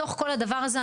בתוך כל הדבר הזה,